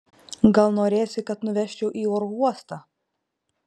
gal norėsi kad nuvežčiau į oro uostą